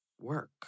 work